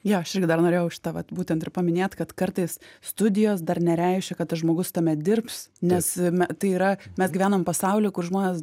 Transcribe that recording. jo aš irgi dar norėjau šitą vat būtent ir paminėt kad kartais studijos dar nereiškia kad tas žmogus tame dirbs nes na tai yra mes gyvenam pasauly kur žmonės